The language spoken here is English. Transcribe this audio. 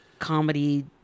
Comedy